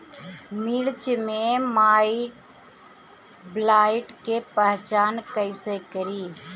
मिर्च मे माईटब्लाइट के पहचान कैसे करे?